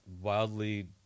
wildly